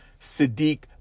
Sadiq